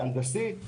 הנדסי,